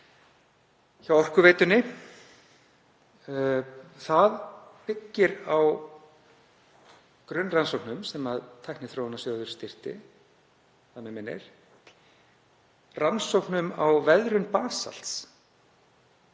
hjá Orkuveitunni. Það byggist á grunnrannsóknum sem Tækniþróunarsjóður styrkti að mig minnir, rannsóknum á veðrun basalts